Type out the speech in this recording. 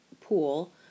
pool